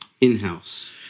In-house